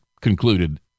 concluded